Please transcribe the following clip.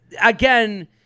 again